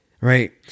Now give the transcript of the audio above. Right